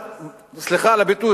סליחה על הביטוי,